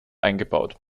eingebaut